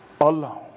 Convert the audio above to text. alone